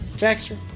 Baxter